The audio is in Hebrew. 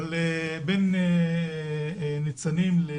מציל"ה לניצנים.